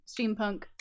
steampunk